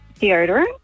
deodorant